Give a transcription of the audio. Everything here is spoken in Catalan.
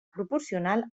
proporcional